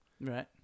Right